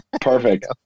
Perfect